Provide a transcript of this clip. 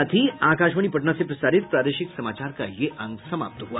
इसके साथ ही आकाशवाणी पटना से प्रसारित प्रादेशिक समाचार का ये अंक समाप्त हुआ